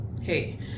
hey